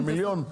על מיליון,